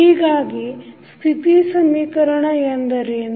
ಹೀಗಾಗಿ ಸ್ಥಿತಿ ಸಮೀಕರಣ ಎಂದರೇನು